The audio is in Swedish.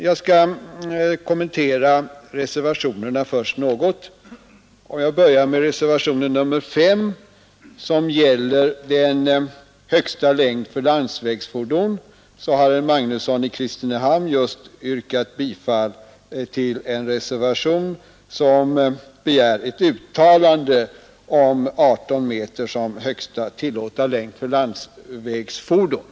Jag skall först kommentera reservationerna något, och jag börjar med reservationen 5, som gäller den största längden för landsvägsfordon och som herr Magnusson i Kristinehamn just har yrkat bifall till. I den reservationen begärs ett uttalande om 18 m som största tillåtna längd för landsvägsfordon.